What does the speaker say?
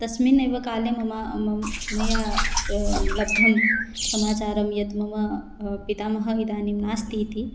तस्मिन्नेव काले मम मम मया लब्धः समाचारः यत् मम पितामहः इदानीं नास्तीति